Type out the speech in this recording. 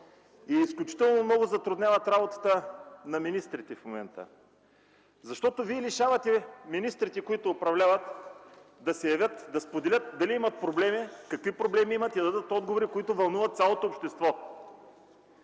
и изключително много затрудняват работата на министрите в момента. Защото вие лишавате министрите, които управляват, да се явят, да споделят дали имат проблеми, какви проблеми имат и да дадат отговори, които вълнуват цялото общество.